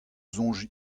soñj